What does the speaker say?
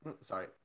sorry